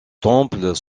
temples